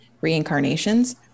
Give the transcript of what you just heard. reincarnations